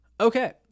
Okay